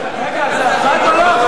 רגע, זה אחת או לא אחת?